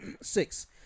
Six